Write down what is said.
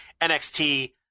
NXT